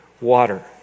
water